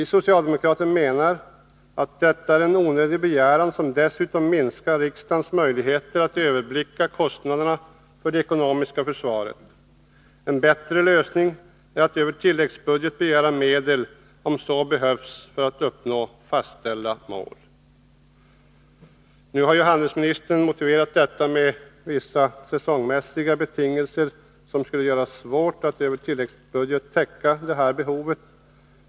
Vi socialdemokrater menar att detta är en onödig begäran, som dessutom minskar riksdagens möjligheter att överblicka kostnaderna för det ekonomiska försvaret. En bättre lösning är att över tilläggsbudget begära medel om så behövs för att uppnå fastställda mål. Nu har handelsministern som motiv för detta anfört vissa säsongmässiga betingelser som skulle göra det svårt att över tilläggsbudget täcka detta behov.